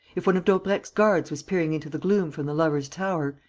if one of daubrecq's guards was peering into the gloom from the lovers' tower,